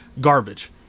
garbage